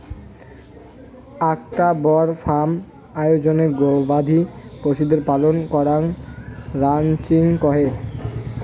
আকটা বড় ফার্ম আয়োজনে গবাদি পশুদের পালন করাঙ রানচিং কহে